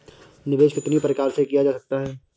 निवेश कितनी प्रकार से किया जा सकता है?